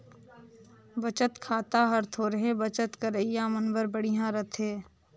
बचत खाता हर थोरहें बचत करइया मन बर बड़िहा रथे